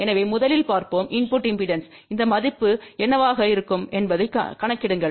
எனவே முதலில் பார்ப்போம் இன்புட்டு இம்பெடன்ஸ் இந்த மதிப்பு என்னவாக இருக்கும் என்பதைக் கணக்கிடுங்கள்